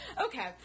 Okay